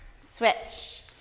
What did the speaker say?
Switch